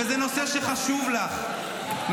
וזה נושא שחשוב לך,